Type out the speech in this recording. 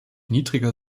niedriger